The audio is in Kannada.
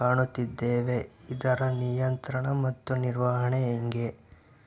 ಕಾಣುತ್ತಿದ್ದೇವೆ ಇದರ ನಿಯಂತ್ರಣ ಮತ್ತು ನಿರ್ವಹಣೆ ಹೆಂಗೆ?